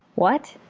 what?